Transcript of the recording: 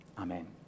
amen